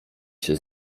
się